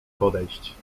podejść